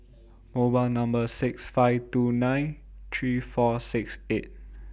mobile Number six five two nine three four six eight